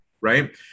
Right